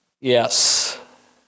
Yes